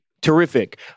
terrific